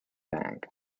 bank